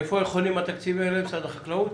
איפה חונים התקציבים האלה, במשרד החקלאות?